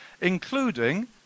including